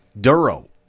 Duro